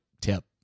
tip